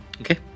Okay